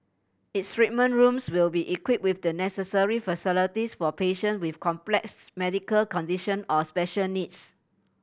its treatment rooms will be equipped with the necessary facilities for patient with complex medical condition or special needs